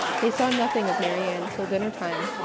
they saw nothing of marianne till dinner time,